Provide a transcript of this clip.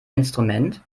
instrument